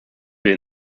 den